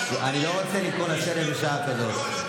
לא רוצה לקרוא לסדר בשעה כזאת.